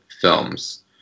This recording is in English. films